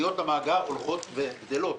תודה רבה.